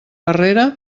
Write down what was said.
arrere